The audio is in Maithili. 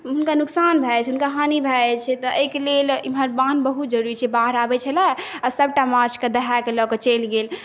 हुनका नुकसान भऽ जाइ छै हुनका हानि भऽ जाइ छै तऽ एहिके लेल एम्हर बान्ध बहुत जरूरी छै बाढ़ आबै छलै आओर सबटा माछके दहाकऽ लऽ कऽ चलि गेल